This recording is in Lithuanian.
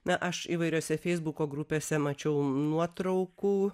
na aš įvairiose feisbuko grupėse mačiau nuotraukų